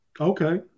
okay